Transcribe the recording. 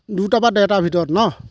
দুটাৰ পা ডেৰটাৰ ভিতৰত ন